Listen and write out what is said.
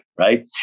Right